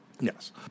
Yes